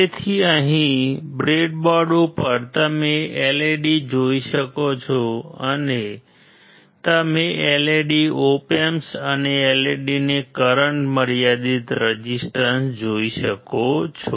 તેથી અહીં બ્રેડબોર્ડ ઉપર તમે LED જોઈ શકો છો તમે LED ઓપ એમ્પ અને LED ને કરંટ મર્યાદિત રેઝિસ્ટર જોઈ શકો છો